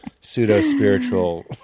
pseudo-spiritual